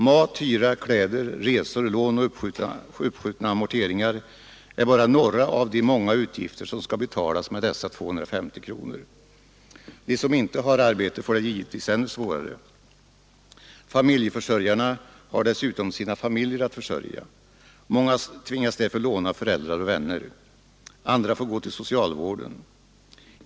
Mat, hyra, kläder, resor, lån och uppskjutna amorteringar är bara några av de många utgifter som skall betalas med dessa 250 kronor. De som inte har arbete får det givetvis ännu svårare. Familjeförsörjarna har dessutom sina familjer att dra försorg om. Många tvingas därför låna av föräldrar och vänner. Andra får gå till socialvården.